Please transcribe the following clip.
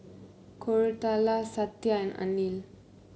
Koratala Satya and Anil